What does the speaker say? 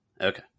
Okay